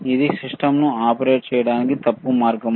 ఇది సిస్టమ్ను ఆపరేట్ చేయడానికి తప్పు మార్గం